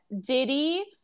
diddy